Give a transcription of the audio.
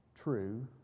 true